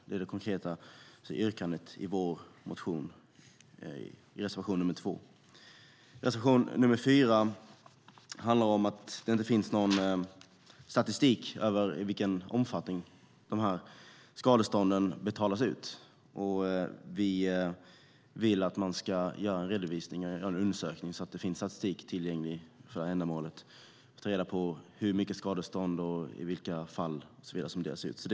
Det är det konkreta yrkandet i reservation nr 2. Reservation nr 4 handlar om att det inte finns någon statistik över i vilken omfattning de här skadestånden betalas ut. Vi vill göra en undersökning så att det finns tillgänglig statistik för ändamålet. Det handlar om att ta reda på hur mycket skadestånd som betalas ut och i vilka fall det sker.